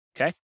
Okay